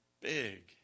Big